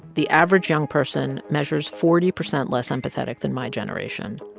the average young person measures forty percent less empathetic than my generation.